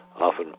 often